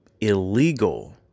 illegal